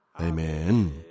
Amen